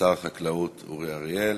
שר החקלאות אורי אריאל